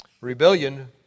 Rebellion